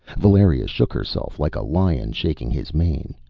valeria shook herself like a lion shaking his mane.